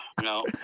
No